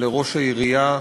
לראש העירייה,